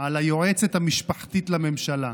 על היועצת המשפחתית לממשלה,